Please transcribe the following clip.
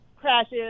crashes